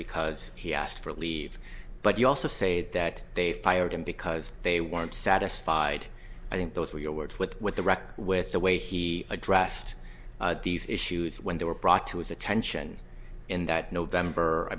because he asked for leave but you also say that they fired him because they want satisfied i think those are your words with what the record with the way he addressed these issues when they were brought to his attention in that november i